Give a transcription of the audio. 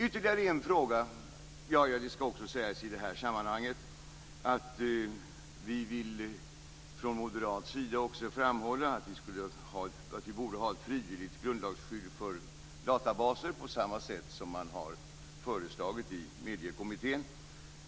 I det här sammanhanget skall det också sägas att vi moderater vill framhålla att vi borde ha ett frivilligt grundlagsskydd för databaser på samma sätt som man föreslagit i Mediekommittén.